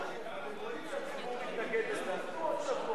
אתם רואים שהציבור מתנגד לזה, אז תנו עוד שבוע.